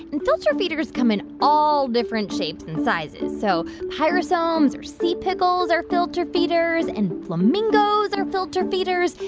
and filter feeders come in all different shapes and sizes. so pyrosomes or sea pickles are filter feeders. and flamingos are filter feeders.